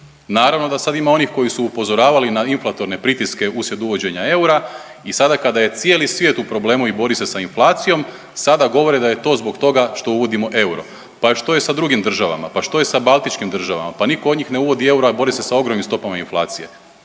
Naravno da sad ima onih koji su upozoravali na inflatorne pritiske usred uvođenja eura i sada kada je cijeli svijet u problemu i bori se sa inflacijom sada govore da je to zbog toga što uvodimo euro. Pa što je sa drugim državama, pa što je sa baltičkim državama, pa niko od njih ne uvodi euro, a bori se sa ogromnim stopama inflacije,